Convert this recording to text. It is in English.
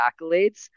accolades